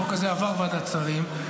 החוק הזה עבר ועדת שרים,